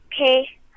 okay